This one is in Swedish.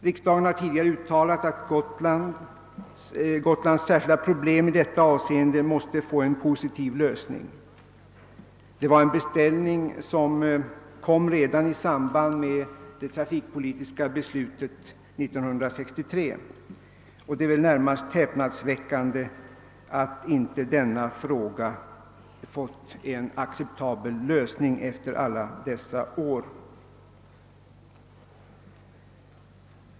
Riksdagen har tidigare uttalat att Gotlands särskilda problem i detta avseende måste få en positiv lösning. Detta skedde med anledning av en beställning som kom redan i samband med det trafikpolitiska beslutet år 1963. Det är anmärkningsvärt att denna fråga inte fått en acceptabel lösning efter alla dessa år.